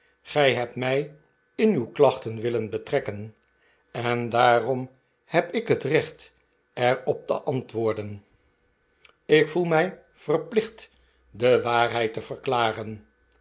gij hebt mij in uw klachten willen betrekken en daarom heb ik het recht er op te antwoorden ik zoo beschaafd en bekwaam en